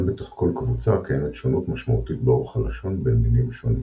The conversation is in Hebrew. גם בתוך כל קבוצה קיימת שונות משמעותית באורך הלשון בין מינים שונים.